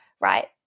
right